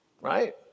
right